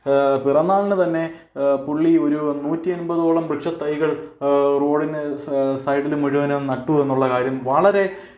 പിറന്നാളിന് തന്നെ പുള്ളി ഒരു നൂറ്റി അൻപതോളം വൃക്ഷ തൈകൾ റോഡിന് സാ സൈഡിൽ മുഴുവനും നട്ടുവെന്നുള്ള കാര്യം വളരെ